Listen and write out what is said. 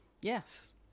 Yes